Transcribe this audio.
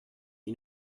you